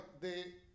de